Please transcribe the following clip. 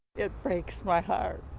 it breaks my heart